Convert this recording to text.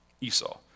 Esau